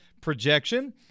projection